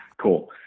cool